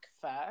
first